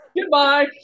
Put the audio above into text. Goodbye